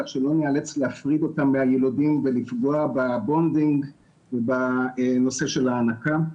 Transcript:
כך שלא נאלץ להפריד אותן מהיילודים ולפגוע בבונדינג בנושא של ההנקה.